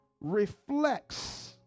reflects